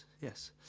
yes